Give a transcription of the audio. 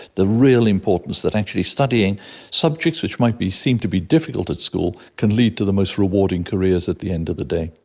the real importance that actually studying subjects which might be seen to be difficult at school can lead to the most rewarding careers at the end of the day.